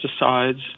pesticides